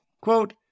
Quote